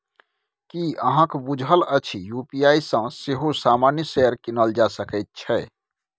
की अहाँक बुझल अछि यू.पी.आई सँ सेहो सामान्य शेयर कीनल जा सकैत छै?